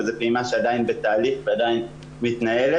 אבל זו פעימה שעדיין בתהליך ועדיין מתנהלת.